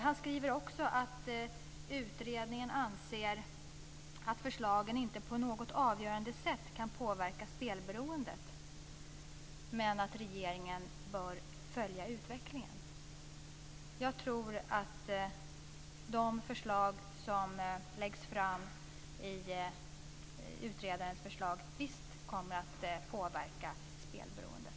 Han skriver också att utredningen anser att förslagen inte på något avgörande sätt kan påverka spelberoendet men att regeringen bör följa utvecklingen. Jag tror att de förslag som läggs fram i utredningen visst kommer att påverka spelberoendet.